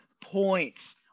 points